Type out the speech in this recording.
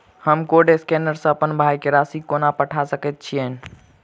हम code scanner सँ अप्पन भाय केँ राशि कोना पठा सकैत छियैन?